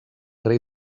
rei